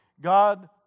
God